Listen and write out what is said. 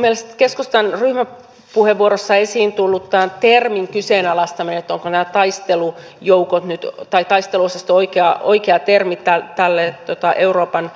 mielestäni keskustan ryhmäpuheenvuorossa esiin tullut termin kyseenalaistaminen että onko taistelujoukot tai taisteluosasto oikea termi näille euroopan